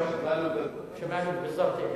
שמאלוב-ברקוביץ.